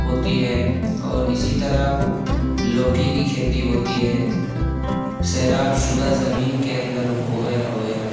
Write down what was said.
ہوتی ہے اور اسی طرح لوکی کی کھیتی ہوتی ہے سیراب شدہ زمین کے اندر وغیرہ وغیرہ